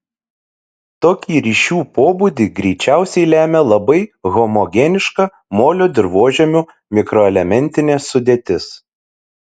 tokį ryšių pobūdį greičiausiai lemia labai homogeniška molio dirvožemių mikroelementinė sudėtis